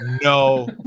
no